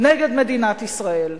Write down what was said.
נגד מדינת ישראל.